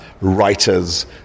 writers